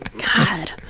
god.